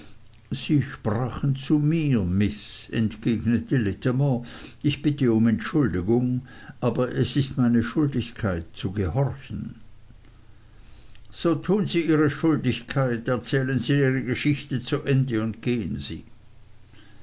sie sprachen zu mir miß entgegnete littimer ich bitte um entschuldigung aber es ist meine schuldigkeit zu gehorchen so tun sie ihre schuldigkeit erzählen sie ihre geschichte zu ende und gehen sie